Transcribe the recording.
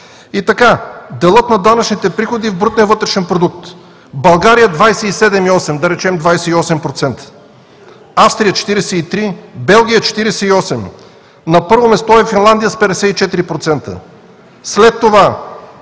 И така, делът на данъчните приходи в брутния вътрешен продукт: в България – 27,8%, да речем 28%, в Австрия – 43%, в Белгия – 48%. На първо място е Финландия с 54%, след това